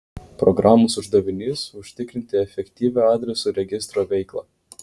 programos uždavinys užtikrinti efektyvią adresų registro veiklą